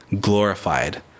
glorified